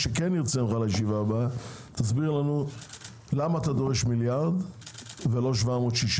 אני כן ארצה בישיבה הבאה שתסביר לנו למה אתה דורש מיליארד ולא 760,